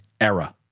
era